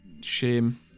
Shame